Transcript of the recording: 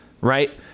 right